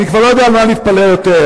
אני לא יודע על מה אני מתפלא יותר,